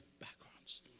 backgrounds